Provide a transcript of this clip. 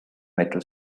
metro